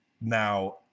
Now